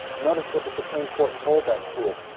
notice what the supreme court told that school,